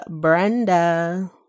Brenda